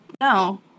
no